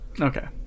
Okay